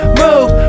move